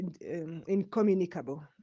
incommunicable